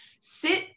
sit